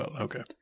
Okay